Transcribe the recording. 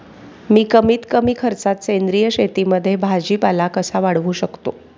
मी कमीत कमी खर्चात सेंद्रिय शेतीमध्ये भाजीपाला कसा वाढवू शकतो?